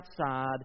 outside